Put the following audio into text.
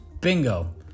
Bingo